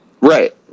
Right